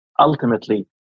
Ultimately